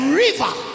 river